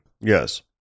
Yes